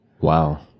Wow